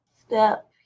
step